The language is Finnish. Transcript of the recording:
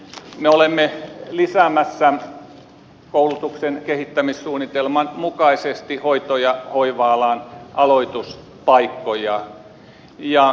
me olemme lisäämässä koulutuksen kehittämissuunnitelman mukaisesti aloituspaikkoja hoito ja hoiva alaan